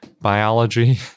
biology